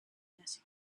yet